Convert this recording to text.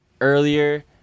earlier